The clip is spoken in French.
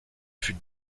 fut